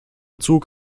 zug